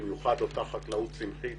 במיוחד אותה חקלאות צמחית